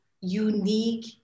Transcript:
unique